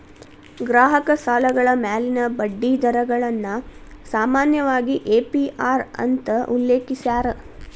ಗ್ರಾಹಕ ಸಾಲಗಳ ಮ್ಯಾಲಿನ ಬಡ್ಡಿ ದರಗಳನ್ನ ಸಾಮಾನ್ಯವಾಗಿ ಎ.ಪಿ.ಅರ್ ಅಂತ ಉಲ್ಲೇಖಿಸ್ಯಾರ